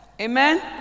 Amen